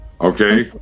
Okay